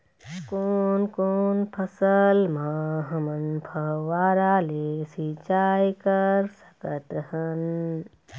कोन कोन फसल म हमन फव्वारा ले सिचाई कर सकत हन?